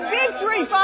victory